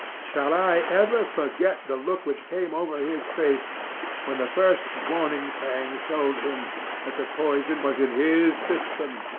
shall i ever forget the look which came over his face when the first warning pangs told him that the poison was in his system?